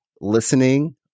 listening